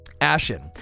Ashen